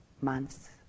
months